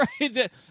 Right